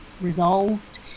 resolved